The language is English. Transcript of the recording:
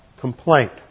complaint